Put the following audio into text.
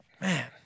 Man